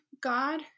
God